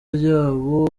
ryabo